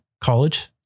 college